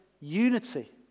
unity